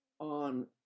on